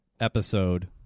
episode